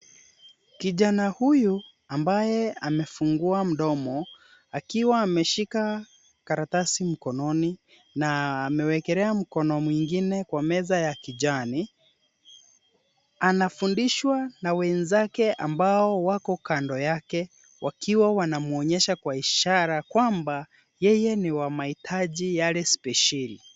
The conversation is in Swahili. Kijana huyu ambaye amefungua mdomo akiwa ameshika karatasi mkononi na amewekelea mkono mwingine kwa meza ya kijani ,anafundishwa na wenzake ambao wako kando yake wakiwa wanamuonyesha kwa ishara kwamba yeye ni wa mahitaji yale spesheli.